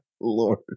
Lord